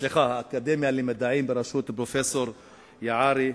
ולאקדמיה הלאומית הישראלית למדעים בראשות פרופסור יערי.